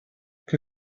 que